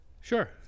Sure